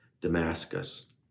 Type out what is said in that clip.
Damascus